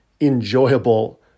enjoyable